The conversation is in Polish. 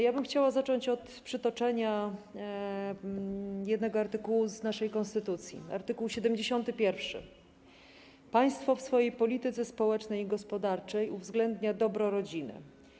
Ja bym chciała zacząć od przytoczenia jednego artykułu z naszej konstytucji, art. 71: „Państwo w swojej polityce społecznej i gospodarczej uwzględnia dobro rodziny.